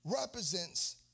represents